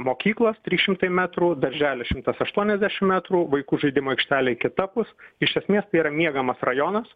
mokyklos trys šimtai metrų darželis šimtas aštuoniasdešim metrų vaikų žaidimų aikštelė kitapus iš esmės tai yra miegamas rajonas